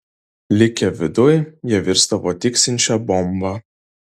likę viduj jie virsdavo tiksinčia bomba